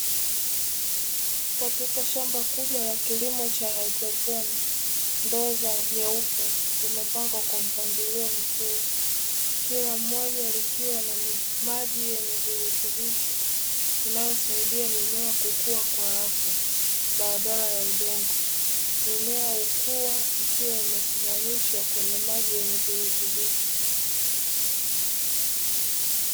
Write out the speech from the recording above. Katika shamba kubwa la kilimo cha haidroponi, ndoo nyeupe zimepangwa kwa mpangilio mzuri. Kila moja likiwa na maji yenye virutubisho, inayosaidia mimea kukua kwa afya badala ya udongo. Mimea hukua ikiwa imesimamishwa kwenye maji yenye virututbisho.